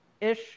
Ish